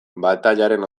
batailaren